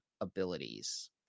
abilities